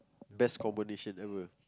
best combination ever